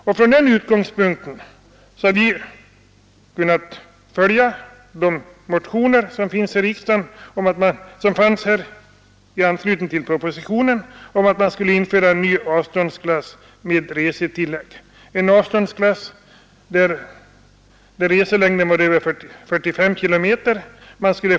Mot den bakgrun den har motioner också avgivits i anslutning till propositionens förslag om att införa en ny avståndsklass med resetillägg på 160 kronor vid ressträckor över 45 kilometer.